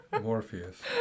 Morpheus